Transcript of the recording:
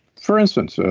for instance, so